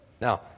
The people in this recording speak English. Now